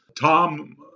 Tom